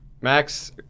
Max